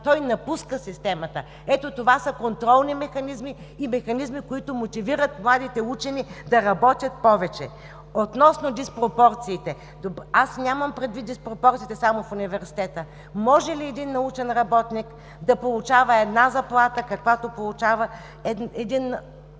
той напуска системата. Ето, това са контролни механизми и механизми, които мотивират младите учени да работят повече. Относно диспропорциите. Аз нямам предвид диспропорциите само в университета. Може ли един научен работник да получава една заплата, каквато получава един